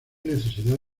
necesidad